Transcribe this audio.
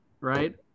right